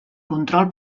control